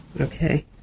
Okay